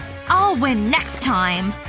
i'll win next time.